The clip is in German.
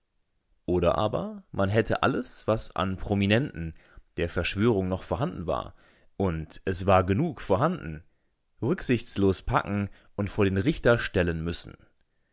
oder aber man hätte alles was an prominenten der verschwörung noch vorhanden war und es war genug vorhanden rücksichtslos packen und vor den richter stellen müssen